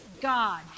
God